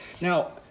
Now